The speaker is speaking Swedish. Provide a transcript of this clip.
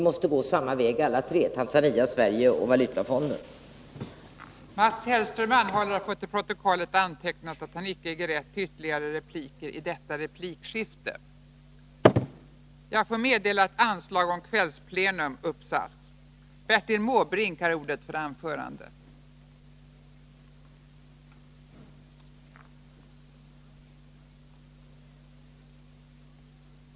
Alla de tre parterna, Tanzania, Sverige och Valutafonden, måste gå samma väg.